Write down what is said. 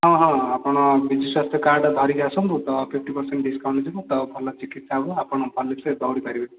ହଁ ହଁ ଆପଣ ବିଜୁ ସ୍ୱାସ୍ଥ୍ୟ କାର୍ଡ଼ ଧରିକି ଆସନ୍ତୁ ତ ଫିଫ୍ଟି ପରସେଣ୍ଟ ଡିସ୍କାଉଣ୍ଟ ଯିବ ତ ଭଲ ଚିକିତ୍ସା ହବ ଆପଣ ଭଲସେ ଦୋୖଡ଼ି ପାରିବେ